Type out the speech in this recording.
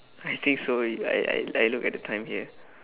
I think so I I I look at the time here